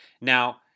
Now